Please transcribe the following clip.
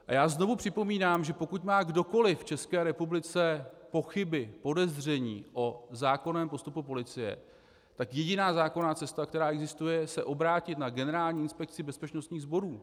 A já znovu připomínám, pokud má kdokoliv v České republice pochyby, podezření o zákonném postupu policie, tak jediná zákonná cesta, která existuje, je obrátit se na Generální inspekci bezpečnostních sborů.